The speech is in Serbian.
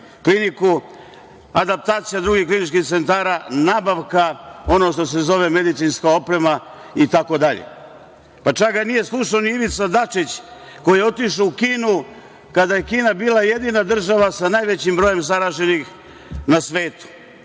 kliniku, adaptacija drugih kliničkih centara, nabavka onog što se zove medicinska oprema itd. Čak ga nije slušao ni Ivica Dačić, koji je otišao u Kinu, kada je Kina bila jedina država sa najvećim brojem zaraženih na svetu